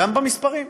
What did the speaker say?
גם במספרים,